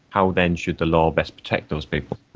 how then should the law best protect those people?